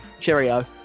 Cheerio